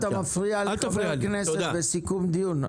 אתה מפריע לחבר הכנסת בסיכום דיון.